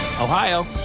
Ohio